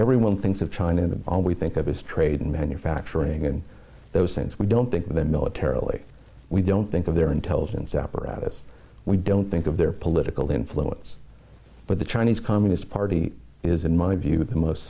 everyone thinks of china we think of his trade in manufacturing and those things we don't think of them militarily we don't think of their intelligence apparatus we don't think of their political influence but the chinese communist party is in my view the most